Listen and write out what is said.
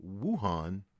Wuhan